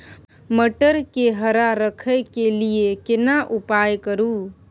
मटर के हरा रखय के लिए केना उपाय करू?